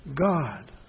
God